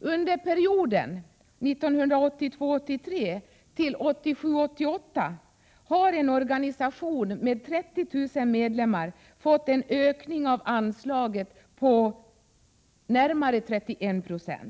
Under perioden 1982 88 har en organisation med 30 000 med 10 maj 1988 lemmar fått en ökning av anslaget med nästan 31 26.